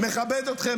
מכבד אתכם.